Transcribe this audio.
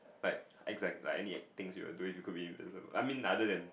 like exact like any things you do you could be I mean other than hi~